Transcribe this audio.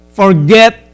forget